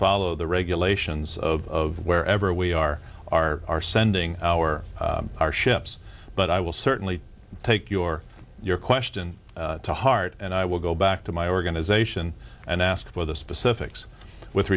follow the regulations of wherever we are are are sending our our ships but i will certainly take your your question to heart and i will go back to my organization and ask for the specifics with